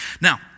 Now